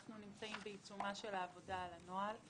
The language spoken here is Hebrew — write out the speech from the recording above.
אנחנו נמצאים בעיצומה של העבודה על הנוהל.